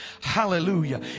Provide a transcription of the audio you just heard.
Hallelujah